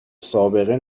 سابقه